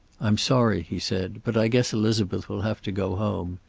i'm sorry, he said, but i guess elizabeth will have to go home.